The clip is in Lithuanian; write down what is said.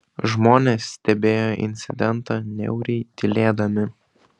žmonės stebėjo incidentą niauriai tylėdami